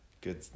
Good